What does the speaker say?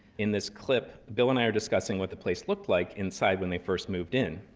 in this clip, bill and i are discussing what the place looked like inside when they first moved in.